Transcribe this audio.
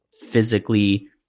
physically